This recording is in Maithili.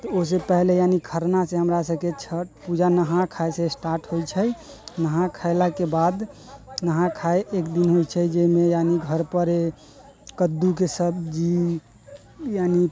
ओहिसँ पहिले यानि खरनासँ हमरा सबके छठ पूजा नहाय खायसँ स्टार्ट होइ छै नहा खैलाके बाद नहाय खायके एक दिन होइ छै जाहिमे यानि घरपर कद्दूके सब्जी यानि